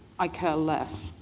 i care less.